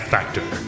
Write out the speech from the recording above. Factor